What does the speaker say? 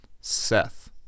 Seth